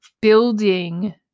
building